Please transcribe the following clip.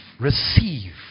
receive